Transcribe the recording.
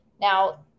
now